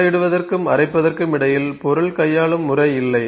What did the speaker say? துளையிடுவதற்கும் அரைப்பதற்கும் இடையில் பொருள் கையாளும் முறை இல்லை